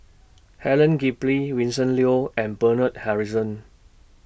Helen Vincent Leow and Bernard Harrison